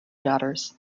daughters